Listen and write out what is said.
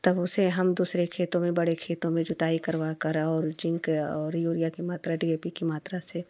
तब उसे हम दूसरे खेतों में बड़े खेतों में जुताई करवा कर और जिंक और यूरिया की मात्रा डी ए पी की मात्रा से